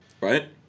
Right